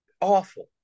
awful